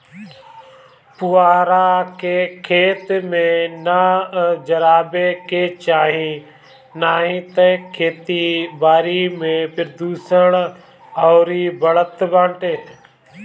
पुअरा के, खेत में ना जरावे के चाही नाही तअ खेती बारी में प्रदुषण अउरी बढ़त बाटे